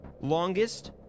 longest